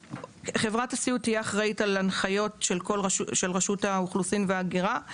חברת הסיעוד תהיה אחראית על קיום ההנחיות של רשות האוכלוסין וההגירה: